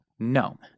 No